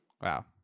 wow